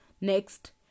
Next